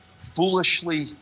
foolishly